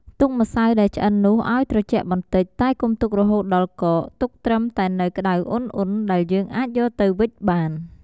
ទុកម្សៅដែលឆ្អិននោះឱ្យត្រជាក់បន្តិច តែកុំទុករហូតដល់កក ទុកត្រឹមតែនៅក្ដៅអ៊ុនៗ ដែលយើងអាចយកទៅវេចបាន។